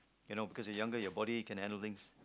you know because when you're younger your body can handle things